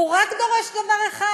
הוא רק דורש דבר אחד: